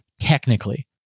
technically